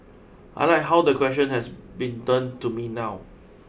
I like how the question has been turned to me now